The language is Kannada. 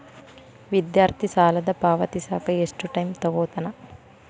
ವಿದ್ಯಾರ್ಥಿ ಸಾಲನ ಪಾವತಿಸಕ ಎಷ್ಟು ಟೈಮ್ ತೊಗೋತನ